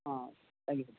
ah thank you sir